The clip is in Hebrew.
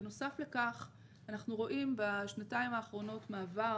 בנוסף לכך אנחנו רואים בשנתיים האחרונות מעבר